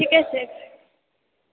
ठीके छै